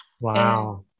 Wow